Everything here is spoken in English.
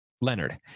Leonard